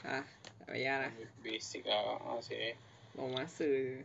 ah tak payah lah buang masa